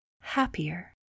happier